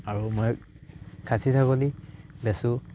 আৰু মই খাছী ছাগলী বেছোঁ